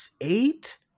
eight